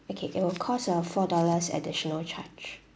okay it will cost a four dollars additional charge